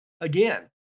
Again